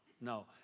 no